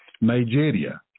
nigeria